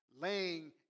laying